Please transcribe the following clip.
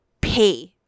pay